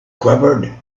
quivered